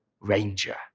ranger